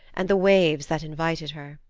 and the waves that invited her.